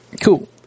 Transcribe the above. Cool